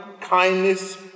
kindness